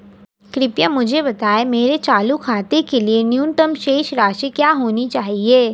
कृपया मुझे बताएं मेरे चालू खाते के लिए न्यूनतम शेष राशि क्या होनी चाहिए?